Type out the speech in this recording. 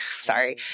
sorry